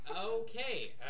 Okay